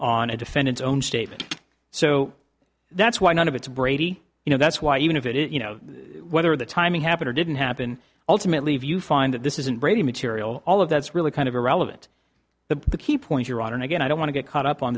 on a defendant's own statement so that's why none of it's brady you know that's why even if it is you know whether the timing happened or didn't happen ultimately if you find that this isn't brady material all of that's really kind of irrelevant the the key point your honor and again i don't want to get caught up on